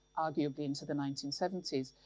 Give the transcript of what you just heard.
arguably into the nineteen seventy s,